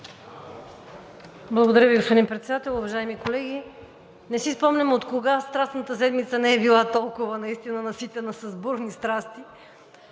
Благодаря Ви, господин Председател. Уважаеми колеги, не си спомням откога Страстната седмица не е била толкова наситена с бурни срасти